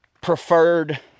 preferred